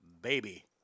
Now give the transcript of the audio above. baby